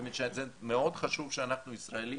זאת אומרת מאוד חשוב שאנחנו, הישראלים,